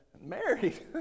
married